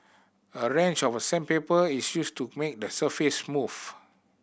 a range of sandpaper is used to make the surface smooth